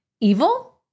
evil